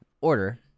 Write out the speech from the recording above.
Order